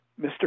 Mr